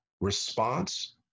response